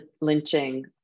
lynching